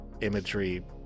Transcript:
imagery